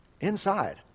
inside